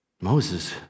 Moses